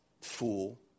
fool